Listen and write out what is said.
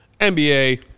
NBA